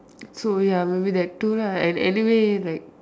so ya maybe that two lah and anyway like